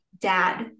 dad